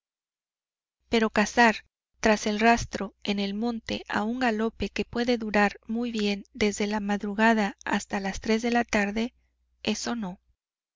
pero cazar tras el rastro en el monte a un galope que puede durar muy bien desde la madrugada hasta las tres de la tarde eso no